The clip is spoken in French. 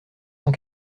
cent